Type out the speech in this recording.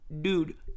Dude